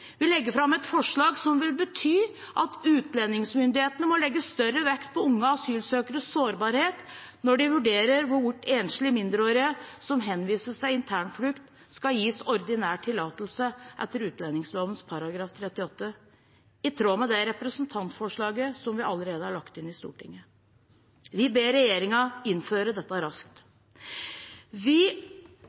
Vi legger fram et forslag som vil bety at utlendingsmyndighetene må legge større vekt på unge asylsøkeres sårbarhet når de vurderer hvorvidt enslige mindreårige som henvises til internflukt, skal gis ordinær tillatelse etter utlendingsloven § 38, i tråd med det representantforslaget som vi allerede har lagt inn i Stortinget. Vi ber regjeringen innføre dette raskt. Vi